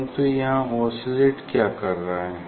परन्तु यहाँ ओसिलेट क्या कर रहा है